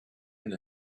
and